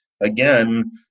Again